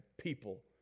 people